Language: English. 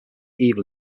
evil